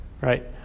Right